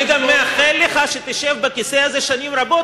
אני גם מאחל לך שתשב בכיסא הזה שנים רבות